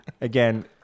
Again